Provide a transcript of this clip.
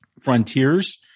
frontiers